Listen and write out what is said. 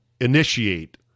initiate